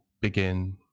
begin